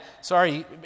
Sorry